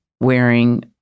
wearing